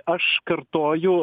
aš kartoju